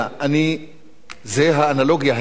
זו האנלוגיה היחידה.